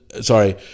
Sorry